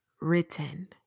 written